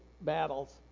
battles